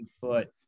foot